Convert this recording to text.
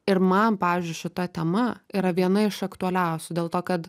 ir man pavyzdžiui šita tema yra viena iš aktualiausių dėl to kad